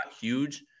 huge